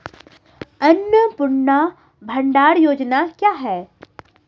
अन्नपूर्णा भंडार योजना क्या है?